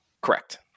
Correct